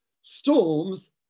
Storms